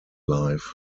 life